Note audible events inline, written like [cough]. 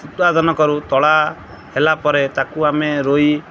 [unintelligible] କରୁ ତଳା ହେଲାପରେ ତାକୁ ଆମେ ରୋଇ